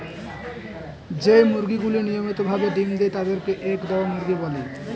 যেই মুরগিগুলি নিয়মিত ভাবে ডিম্ দেয় তাদের কে এগ দেওয়া মুরগি বলে